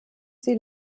sie